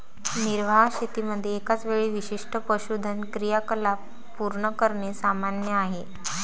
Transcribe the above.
निर्वाह शेतीमध्ये एकाच वेळी विशिष्ट पशुधन क्रियाकलाप पूर्ण करणे सामान्य आहे